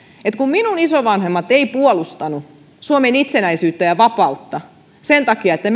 minun isovanhempani eivät puolustaneet suomen itsenäisyyttä ja vapautta sen takia että